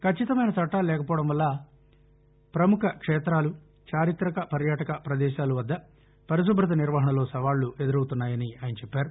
ఖచ్చితమైన చట్టాలు లేకపోవటం వల్ల పముఖ క్షేతాలు చారిత్రక పర్యాటక ప్రదేశాల వద్ద పరిశుభ్రత నిర్వహణలో సవాళ్ళు ఎదురవుతున్నాయని ఆయన చెప్పారు